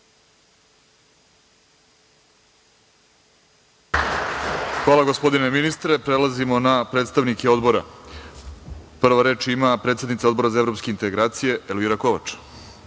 Hvala, gospodine ministre. Prelazimo na predstavnike odbora. Prva reč ima predsednica Odbora za evropske integracije, Elvira Kovač.